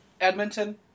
Edmonton